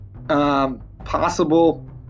Possible